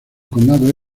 condado